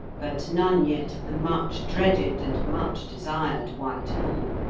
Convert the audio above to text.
but none yet of the much dreaded and much desired white bull.